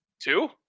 two